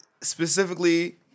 specifically